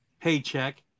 Paycheck